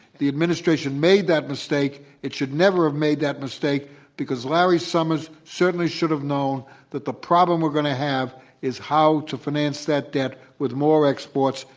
the administration made that mistake. it should never have made that mistake because larry summers certainly should have known that the problem we're going to have is how to finance that debt with more exports.